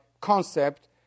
concept